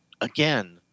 Again